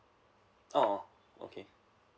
oh okay